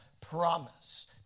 promise